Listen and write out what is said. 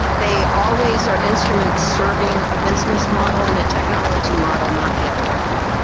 they always are instrument serving a business model and a technology model, not the other way around.